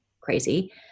crazy